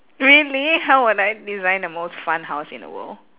really how would I design the most fun house in the world